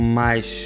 mais